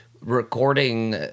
recording